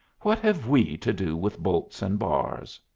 what have we to do with bolts and bars?